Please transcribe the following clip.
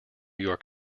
york